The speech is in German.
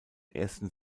ersten